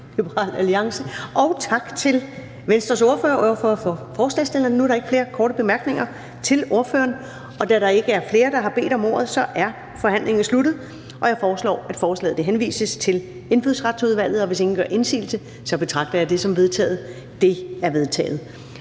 Og tak til ordføreren for forslagsstillerne. Nu er der ikke flere korte bemærkninger til ordføreren. Da der ikke er flere, der har bedt om ordet, er forhandlingen sluttet. Jeg foreslår at forslaget til folketingsbeslutning henvises til Indfødsretsudvalget. Og hvis ingen gør indsigelse, betragter jeg det som vedtaget. Det er vedtaget.